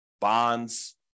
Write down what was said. bonds